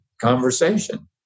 conversation